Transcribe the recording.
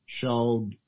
showed